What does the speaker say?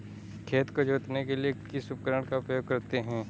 खेत को जोतने के लिए किस उपकरण का उपयोग करते हैं?